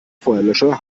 feuerlöscher